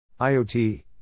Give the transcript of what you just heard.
IoT